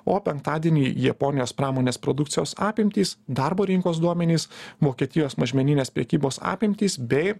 o penktadienį japonijos pramonės produkcijos apimtys darbo rinkos duomenys vokietijos mažmeninės prekybos apimtys bei